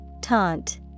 Taunt